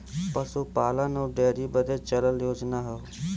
पसूपालन अउर डेअरी बदे चलल योजना हौ